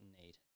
need